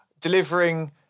delivering